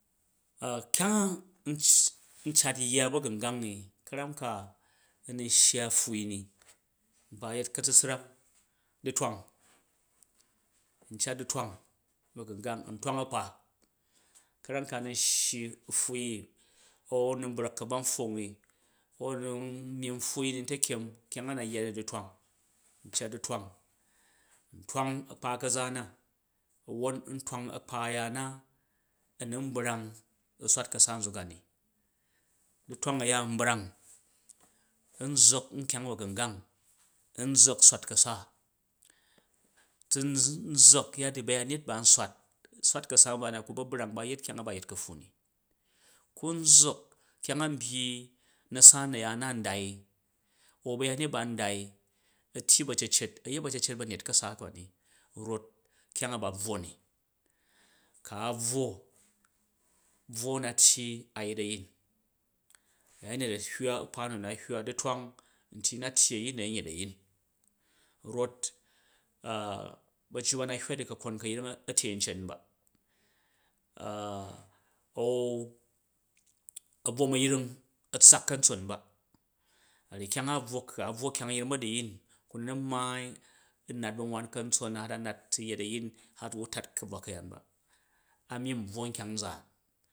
kyang a u cat yya ba̱gungang ni ka̱ra ka u̱ nun shya pfwui ni nkpa yet ka̱tsutsrang, du̱twang n cat du̱twang ba̱gungang, n twang a̱kpa, ka̱ram ka unun shyi u pfwuii, au u nun brak kabuwa npfong ni a̱u u nin myi npfwui i un takyem kyang a u na yya ni dutwang n cat dutwang n twang akpa kaza na won n twang akpa ayaan na a nun brang u swatkasa nzuk ani, dutwang aya n brang n zzak nkyang bagungang n zzak swatkasa, tu nzzak yya ji bayanyet ba n swat swatkasa nba na ku ba brang ba yet kyang a ba yet kapffun ni, ku n zzak kyang an byyi nasa nayaan na ndai au bayanyet ba ndai a tyia yet bacecet banyet kasa ba ni rot kyanga ba bwo ni, ku a bvwo, bvwo na tyi a̱ yet a̱yin, a̱yanyet a̱ hywa u kpa nu na a hywa, dutwang nti na tyi ayin na nyet ayin rof ajju ba a na hyara di kakon kayring a tyei men ba an a̱twom a̱yring a a tssak ka̱ntson ba, a ryi kyang a a bvwo, ka bvwo kyang yring ba̱duyin kuna maai u̱ nat ba̱nwan ka̱ntson har a̱ nat su yet a̱yin har u wu tat ka̱bvwa ka̱yaan ba ami bvokyanza.